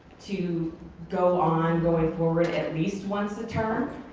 to go on, going forward at least once a term.